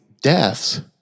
deaths